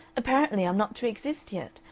apparently i'm not to exist yet.